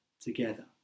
together